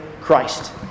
Christ